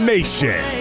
Nation